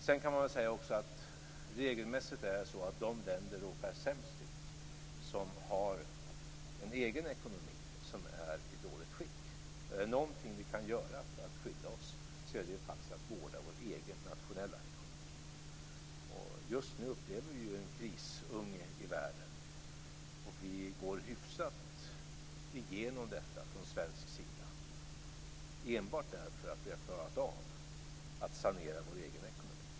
Sedan kan man också säga att det regelmässigt är så att de länder som råkar sämst ut är de som har en egen ekonomi som är i dåligt skick. Är det någonting vi kan göra för att skydda oss är det faktiskt att vårda vår egen nationella ekonomi. Just nu upplever vi ju en krisunge i världen. Vi i Sverige går ju hyfsat igenom detta enbart därför att vi har klarat av att sanera vår egen ekonomi.